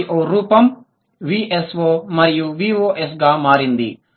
SVO రూపం VSO మరియు VOS గా మారింది